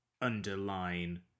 underline